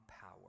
power